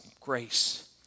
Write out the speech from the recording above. grace